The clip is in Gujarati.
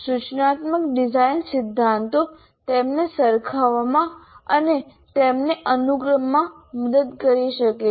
સૂચનાત્મક ડિઝાઇન સિદ્ધાંતો તેમને સરખાવામાં અને તેમને અનુક્રમમાં મદદ કરી શકે છે